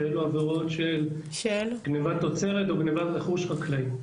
שאלו עבירות של גניבת תוצרת או גניבת רכוש חקלאי.